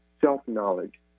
self-knowledge